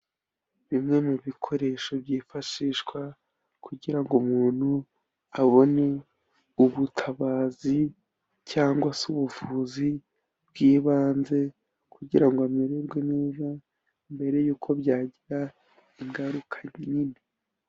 Bimwe mu bikoresho byifashishwa kugira ngo umuntu abone ubutabazi cyangwa se ubuvuzi bw'ibanze kugira ngo amererwe neza, mbere yuko byagira ingaruka nini.